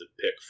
pick